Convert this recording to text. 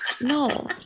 No